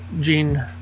Gene